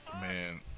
Man